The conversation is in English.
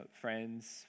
friends